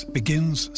begins